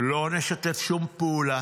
לא נשתף שום פעולה